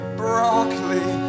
broccoli